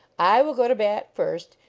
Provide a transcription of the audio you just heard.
i will go to bat first,